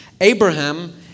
Abraham